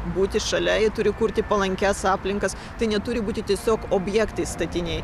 būti šalia ji turi kurti palankias aplinkas tai neturi būti tiesiog objektai statiniai